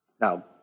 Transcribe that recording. Now